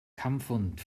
kampfhund